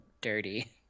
dirty